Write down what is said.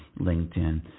LinkedIn